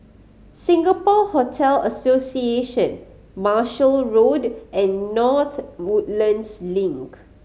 Singapore Hotel Association Marshall Road and North Woodlands Link